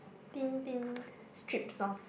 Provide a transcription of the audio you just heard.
thin thin strip of